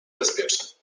bezpieczny